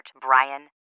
Brian